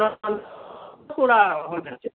ᱠᱚᱨᱟᱣ